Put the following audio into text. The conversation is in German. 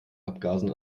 abgasen